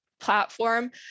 platform